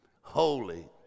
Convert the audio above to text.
holy